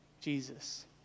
Jesus